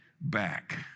back